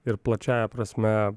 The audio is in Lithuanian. ir plačiąja prasme